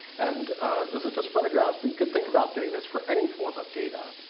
and this is just photographs, but you could think about doing this for any form of data.